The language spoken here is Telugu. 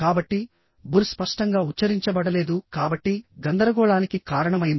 కాబట్టిబుర్ స్పష్టంగా ఉచ్ఛరించబడలేదు కాబట్టి గందరగోళానికి కారణమైంది